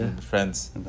friends